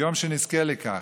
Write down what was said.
ביום שנזכה לכך,